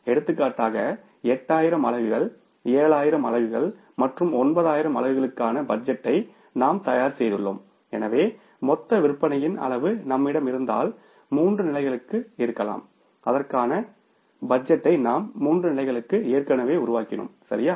எடுத்துக்காட்டாக 8000 அலகுகள் 7000 அலகுகள் மற்றும் 9000 அழகுகளுக்கான பட்ஜெட்டை நாம் தயார் செய்துள்ளோம் எனவே மொத்த விற்பனையின் அளவு நம்மிடம் இருந்தால் மூன்று நிலைகளுக்கு இருக்கலாம் அதற்கான பட்ஜெட்டை நாம் மூன்று நிலைககளுக்கு ஏற்கனவே உருவாக்கியனோம் சரியா